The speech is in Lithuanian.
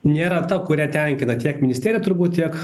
nėra ta kuria tenkina tiek ministeriją turbūt tiek